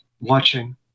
watching